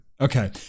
okay